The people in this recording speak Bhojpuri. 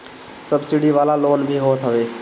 सब्सिडी वाला लोन भी होत हवे